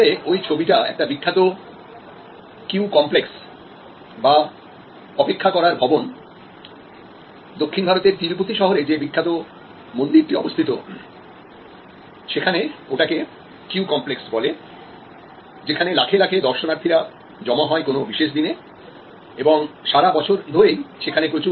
আসলে ওই ছবিটা একটা বিখ্যাত কিউ কমপ্লেক্স বা অপেক্ষা করার ভবনদক্ষিণ ভারতের তিরুপতি শহরে যে বিখ্যাত মন্দির টা অবস্থিত সেখানে ওটা কে কিউ কমপ্লেক্সে বলে যেখানে লাখে লাখে দর্শনার্থীরা জমা হয় কোন বিশেষ দিনে এবং সারা বছর ধরেই সেখানে প্রচুর দর্শনার্থীদের ভিড় হয